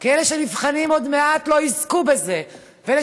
אלה שנבחנים עוד מעט לא יזכו בזה ואלה